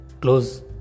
close